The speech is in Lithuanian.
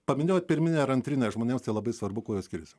paminėjote pirminę antrinę žmonėms tai labai svarbu kuo skiriasi